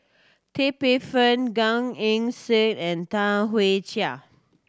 Tan Paey Fern Gan Eng Seng and Tam Jia